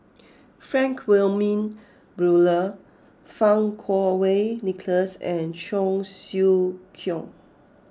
Frank Wilmin Brewer Fang Kuo Wei Nicholas and Cheong Siew Keong